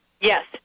Yes